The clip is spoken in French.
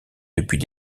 depuis